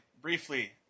briefly